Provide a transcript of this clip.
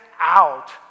out